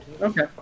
Okay